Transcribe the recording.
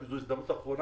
כי זו הזדמנות אחרונה,